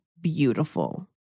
beautiful